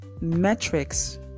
metrics